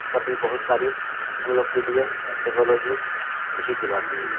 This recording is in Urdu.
سبھی بہت ساری ہم لوگ کے لیے ٹیکنالوجی خوشی کی بات ہے